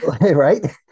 Right